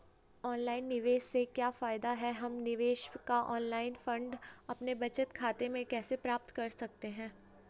Online निवेश से क्या फायदा है हम निवेश का ऑनलाइन फंड अपने बचत खाते में कैसे प्राप्त कर सकते हैं?